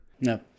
No